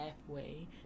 halfway